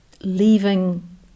leaving